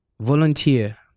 Volunteer